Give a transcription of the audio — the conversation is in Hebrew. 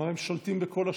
כלומר הם שולטים בכל השרשרת.